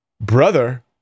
brother